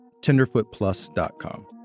TenderfootPlus.com